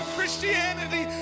Christianity